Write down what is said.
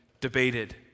debated